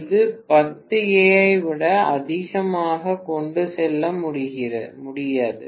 இது 10 A ஐ விட அதிகமாக கொண்டு செல்ல முடியாது